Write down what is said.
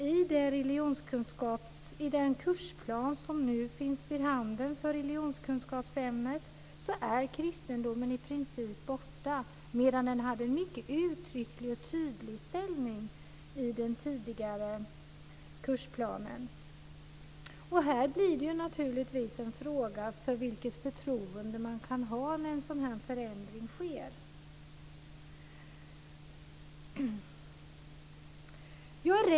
I den kursplan som nu finns vid handen för religionskunskapsämnet är kristendomen i princip borta medan den hade en mycket uttrycklig och tydlig ställning i den tidigare kursplanen. Det blir naturligtvis en fråga om vilket förtroende man kan ha när en sådan här förändring sker.